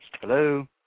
Hello